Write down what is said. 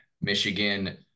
Michigan